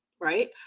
right